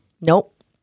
Nope